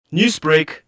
Newsbreak